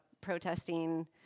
protesting